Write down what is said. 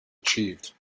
achieved